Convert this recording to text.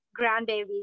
grandbabies